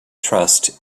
trust